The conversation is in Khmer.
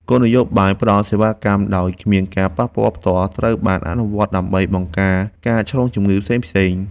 គោលនយោបាយផ្ដល់សេវាកម្មដោយគ្មានការប៉ះពាល់ផ្ទាល់ត្រូវបានអនុវត្តដើម្បីបង្ការការឆ្លងជំងឺផ្សេងៗ។